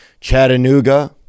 Chattanooga